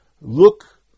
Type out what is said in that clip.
look